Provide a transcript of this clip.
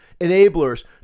enablers